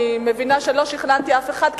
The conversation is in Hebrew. אני מבינה שלא שכנעתי אף אחד,